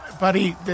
buddy